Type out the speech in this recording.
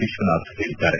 ವಿಶ್ವನಾಥ್ ಹೇಳಿದ್ದಾರೆ